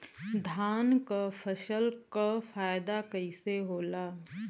धान क फसल क फायदा कईसे होला?